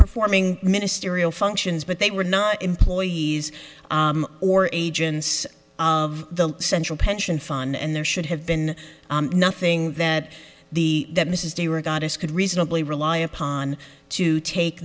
performing ministerial functions but they were not employees or agents of the central pension fund and there should have been nothing that the that mrs de rogatis could reasonably rely upon to take